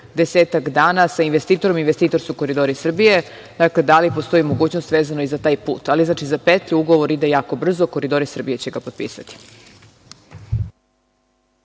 desetak dana sa investitorom. Investitor su Koridori Srbije, da li postoji mogućnost vezano i za taj put, ali za petlju, ugovor ide jako brzo i Koridori Srbije će ga potpisati.